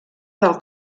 del